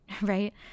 right